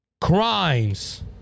crimes